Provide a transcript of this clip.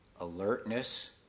alertness